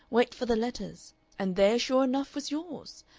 wait for the letters and there, sure enough, was yours.